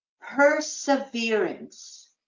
perseverance